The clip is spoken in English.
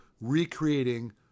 recreating